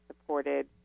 supported